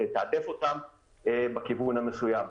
לתעדף אותם בכיוון המסוים.